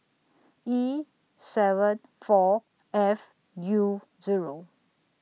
E seven four F U Zero